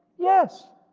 yes.